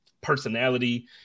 personality